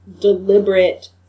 deliberate